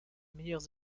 meilleurs